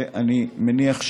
ואני מניח,